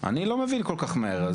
אני לא מבין כל כך מהר.